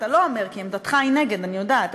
אבל אתה לא אומר, כי עמדתך היא נגד, אני יודעת.